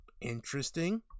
interesting